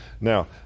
Now